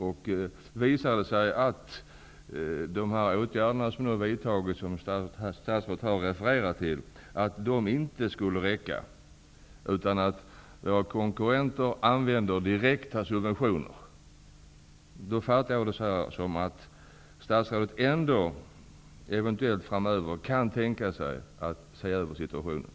Jag förstår det så att statsrådet eventuellt framöver kan tänka sig att ändå se över situationen om våra konkurrenter använder direkta subventioner och om det visar sig att de åtgärder som nu vidtagits, och som statsrådet här har refererat till, inte skulle räcka.